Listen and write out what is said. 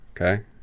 okay